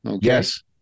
Yes